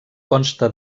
consta